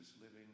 living